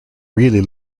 really